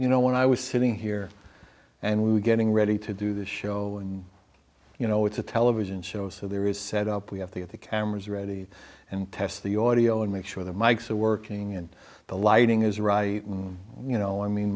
you know when i was sitting here and we were getting ready to do the show and you know it's a television show so there is set up we have the of the cameras ready and test the audio and make sure the mikes are working and the lighting is right you know i mean